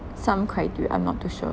some criteria I'm not too sure